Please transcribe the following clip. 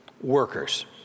workers